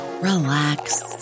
relax